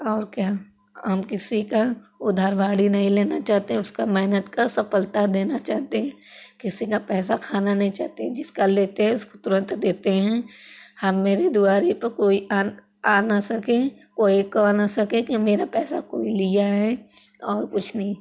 और क्या हम किसी का उधार बाड़ी नहीं लेना चाहते उसका मेहनत का सफलता देना चाहते हैं किसी का पैसा खाना नहीं चाहते हैं जिसका लेते हैं उसको तुरंत देते हैं हाँ मेरे दुआरी पर कोई आन आ न सके कोई ये कह न सके कि मेरा पैसा कोई लिया है और कुछ नहीं